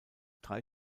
drei